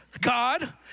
God